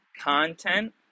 content